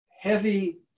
heavy